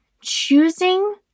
choosing